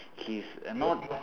he is a not